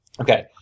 Okay